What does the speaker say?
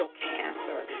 cancer